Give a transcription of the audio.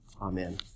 Amen